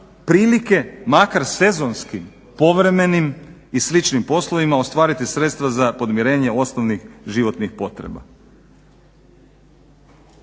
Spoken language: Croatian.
prilike makar sezonski povremenim i sličnim poslovima ostvariti sredstva za podmirenje osnovnih životnih potreba.